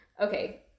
Okay